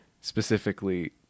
specifically